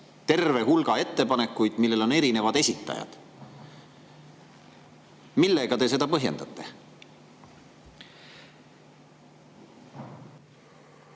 terve hulga ettepanekuid, millel on erinevad esitajad. Millega te seda põhjendate?